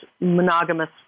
monogamous